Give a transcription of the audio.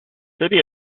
city